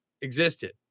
existed